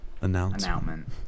Announcement